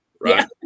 right